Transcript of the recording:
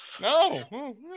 No